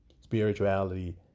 spirituality